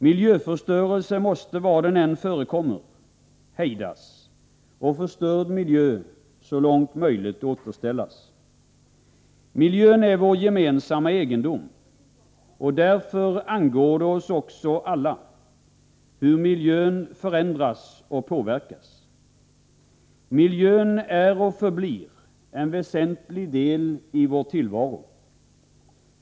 Miljöförstörelse måste var den än förekommer hejdas och förstörd miljö så långt möjligt återställas. Miljön är vår gemensamma egendom. Därför angår det oss också alla hur miljön förändras och påverkas. Miljön är en väsentlig del i vår tillvaro.